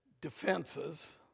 defenses